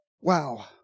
Wow